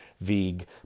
Vig